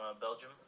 Belgium